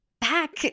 back